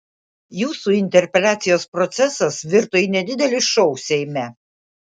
jūsų interpeliacijos procesas virto į nedidelį šou seime